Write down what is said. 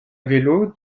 vélo